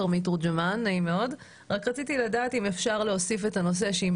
רק רציתי לדעת אם אפשר להוסיף את הנושא שאם